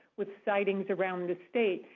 with sightings around the state.